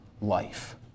life